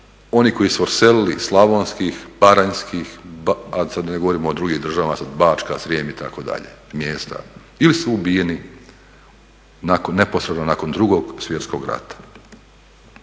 oni koji su odselili iz slavonskih, baranjskih, sad da ne govorimo o drugim država, Bačka, Srijem itd. mjesta ili su ubijeni neposredno nakon Drugog svjetskog rata.